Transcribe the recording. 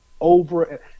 over